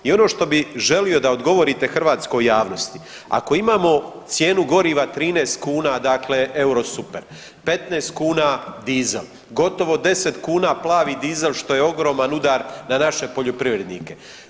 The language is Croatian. I ono što bih želio da odgovorite hrvatskoj javnosti, ako imamo cijenu goriva 13 kuna, dakle eurosuper, 15 kuna dizel, gotovo 10 kuna plavi dizel što je ogroman udar na naše poljoprivrednike.